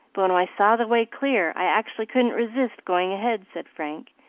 but when i saw the way clear, i actually couldn't resist going ahead, said frank,